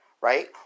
right